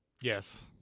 Yes